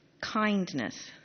kindness